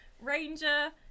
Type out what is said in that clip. ranger